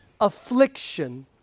affliction